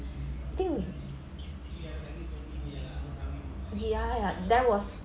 think yeah ya there was